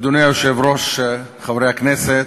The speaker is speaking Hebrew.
אדוני היושב-ראש, חברי הכנסת,